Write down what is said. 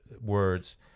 words